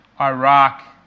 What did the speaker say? Iraq